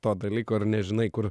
to dalyko ir nežinai kur